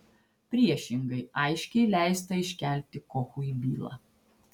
priešingai aiškiai leista iškelti kochui bylą